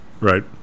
Right